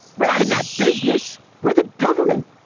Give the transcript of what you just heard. we're not in that business. we're the government.